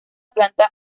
planta